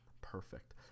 Perfect